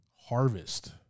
Harvest